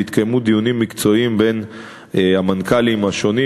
והתקיימו דיונים מקצועיים בין המנכ"לים השונים,